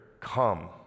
come